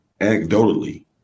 anecdotally